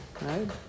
right